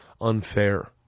unfair